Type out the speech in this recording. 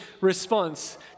response